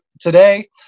today